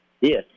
Yes